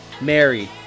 Married